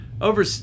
over